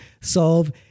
solve